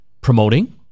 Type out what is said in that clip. promoting